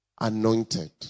anointed